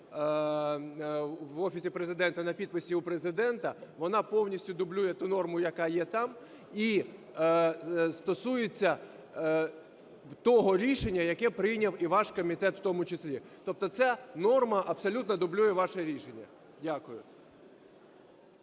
в Офісі Президента, на підписі у Президента, вона повністю дублює ту норму, яка є там. І стосується того рішення, яке прийняв і ваш комітет в тому числі. Тобто ця норма абсолютно дублює ваше рішення. Дякую.